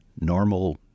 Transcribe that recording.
normal